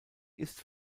ist